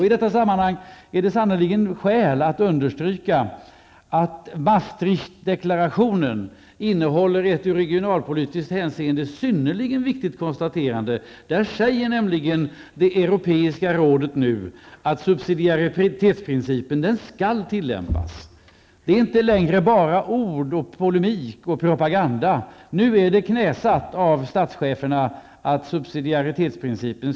I detta sammanhang är det sannerligen skäl att understryka att Maastrichtdeklarationen innehåller ett i regionalpolitiskt hänseende synnerligen viktigt konstaterande. Det europeiska rådet säger nämligen att subsidaritetsprincipen skall tillämpas. Det är inte längre bara ord, polemik och propaganda. Nu har statscheferna knäsatt subsidaritetsprincipen.